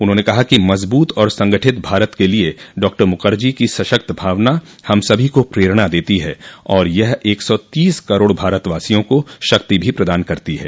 उन्होंने कहा कि मजबूत और संगठित भारत के लिए डॉ मुखर्जी की सशक्त भावना हम सभी को प्रेरणा देती है और यह एक सौ तीस करोड़ भारतवासियों को शक्ति भी प्रदान करती ह